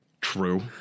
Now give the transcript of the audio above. True